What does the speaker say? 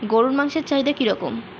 গরুর মাংসের চাহিদা কি রকম?